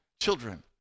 children